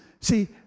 see